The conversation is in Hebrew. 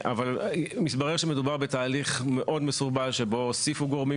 מתברר שמדובר בתהליך מאוד מסורבל שבו הוסיפו גורמים